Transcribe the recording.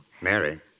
Mary